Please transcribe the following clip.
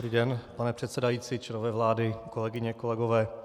Dobrý den, pane předsedající, členové vlády, kolegyně, kolegové.